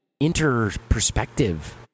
inter-perspective